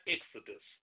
Exodus